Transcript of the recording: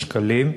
שקלים.